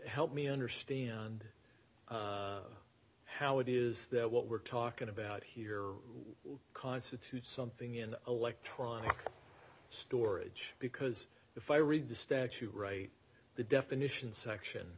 help me understand how it is that what we're talking about here constitutes something in electronic storage because if i read the statute right the definition section